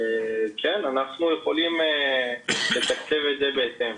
כן, אנחנו יכולים לתקצב את ההפעלה בהתאם.